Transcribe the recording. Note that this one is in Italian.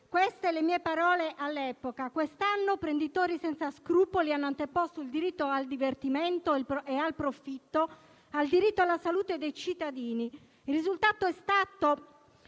Queste le mie parole all'epoca: «Quest'anno, prenditori senza scrupoli hanno anteposto il diritto al divertimento e il loro profitto al diritto alla salute dei cittadini. Il risultato è stato